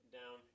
down